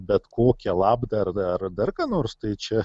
bet kokią labdarą ar dar ką nors tai čia